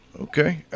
Okay